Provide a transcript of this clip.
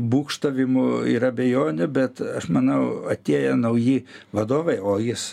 būgštavimų ir abejonių bet aš manau atėję nauji vadovai o jis